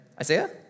Isaiah